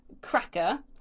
Cracker